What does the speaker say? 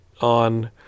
on